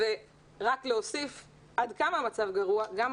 ורק להוסיף עד כמה המצב גרוע אומר שגם